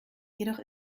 jedoch